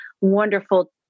wonderful